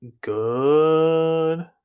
Good